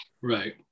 right